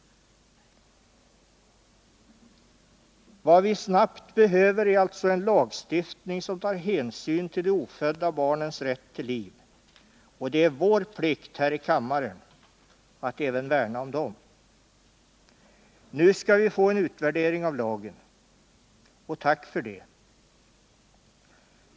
Vad vi snabbt behöver få är alltså en lagstiftning som tar hänsyn till de ofödda barnens rätt till liv. Det är vår plikt att värna även om dem här i kammaren. Nu skall vi få en utvärdering av lagen, och jag tackar för det.